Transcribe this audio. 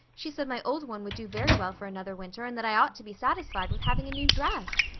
she said my old one would do very well for another winter and that i ought to be satisfied with having a new dress.